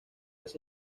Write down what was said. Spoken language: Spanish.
ese